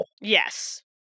Yes